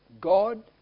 God